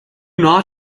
not